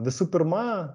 visų pirma